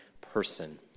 person